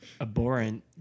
abhorrent